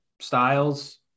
styles